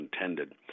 intended